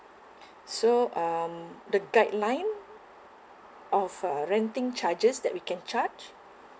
so um the guideline of uh renting charges that we can charge